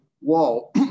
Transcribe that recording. wall